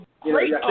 great